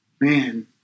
man